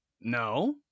No